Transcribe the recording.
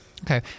Okay